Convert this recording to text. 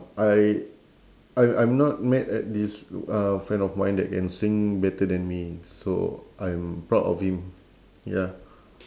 I I I'm not mad at this uh friend of mine that can sing better than me so I'm proud of him ya